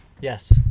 Yes